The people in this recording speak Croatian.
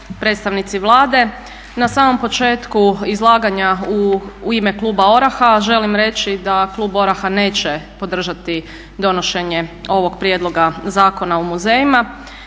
predstavnici Vlade. Na samom početku izlaganja u ime kluba ORaH-a želim reći da klub ORaH-a neće podržati donošenje ovog prijedloga Zakona o muzejima